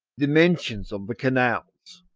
dimensions of the canals.